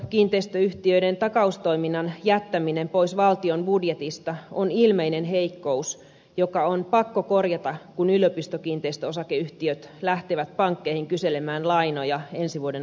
yliopistokiinteistöyhtiöiden takaustoiminnan jättäminen pois valtion budjetista on ilmeinen heikkous joka on pakko korjata kun yliopistokiinteistöosakeyhtiöt lähtevät pankkeihin kyselemään lainoja ensi vuoden alussa